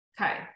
Okay